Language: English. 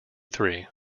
three